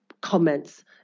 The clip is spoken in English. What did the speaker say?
comments